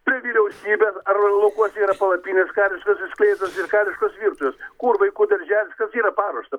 prie vyriausybės ar laukuose yra palapinės kariškos išskleistos ir kariškos virtuvės kur vaikų darželis kas yra paruošta